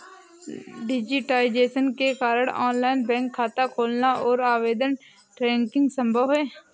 digitisation के कारण online bank खाता खोलना और आवेदन ट्रैकिंग संभव हैं